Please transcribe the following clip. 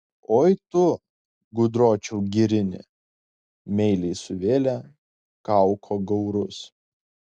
oi tu gudročiau girini meiliai suvėlė kauko gaurus